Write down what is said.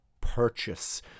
purchase